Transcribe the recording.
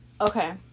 okay